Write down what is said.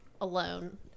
alone